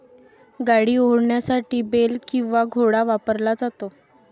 गाडी ओढण्यासाठी बेल किंवा घोडा वापरला जातो